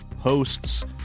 posts